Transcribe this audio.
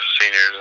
seniors